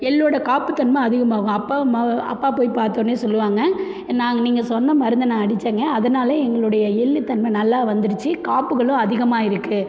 எள்ளோட காப்புத்தன்மை அதிகமாகும் அப்போ அம்மா அப்பா போய் பார்த்தொன்னே சொல்லுவாங்கள் நாங்கள் நீங்கள் சொன்ன மருந்தை நான் அடிச்சேங்க அதனால் எங்களுடைய எள்ளுத் தன்மை நல்லா வந்துருச்சு காப்புகளும் அதிகமாயிருக்குது